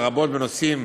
לרבות בנושאים